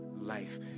life